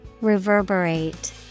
Reverberate